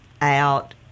out